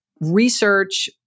research